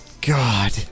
God